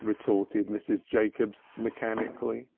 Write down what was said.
retorted mrs. jacobs mechanically